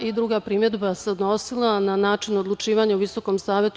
Druga primedba se odnosila na način odlučivanja u VSS.